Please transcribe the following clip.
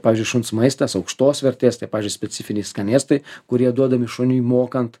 pavyzdžiui šuns maistas aukštos vertės taip pavyzdžiui specifiniai skanėstai kurie duodami šuniui mokant